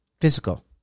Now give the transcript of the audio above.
Physical